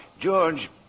George